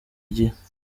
igihe